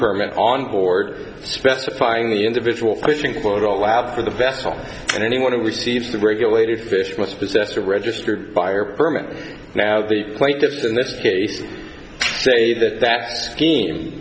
permit on board specifying the individual fishing photo lab for the vessel and anyone who receives the regulated fish must possess a registered buyer permit now the plaintiffs in this case say that that scheme